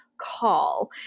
call